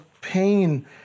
pain